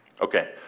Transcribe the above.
Okay